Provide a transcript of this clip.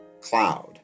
Cloud